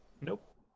Nope